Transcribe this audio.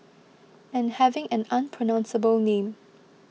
and having an unpronounceable name